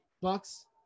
Bucks